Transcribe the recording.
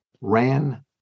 ran